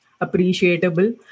appreciable